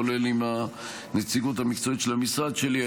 כולל עם הנציגות המקצועית של המשרד שלי.